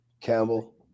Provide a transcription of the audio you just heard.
Campbell